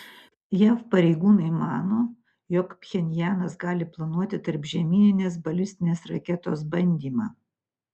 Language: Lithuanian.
jav pareigūnai mano jog pchenjanas gali planuoti tarpžemyninės balistinės raketos bandymą